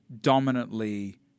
dominantly